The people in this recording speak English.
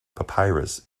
papyrus